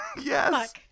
Yes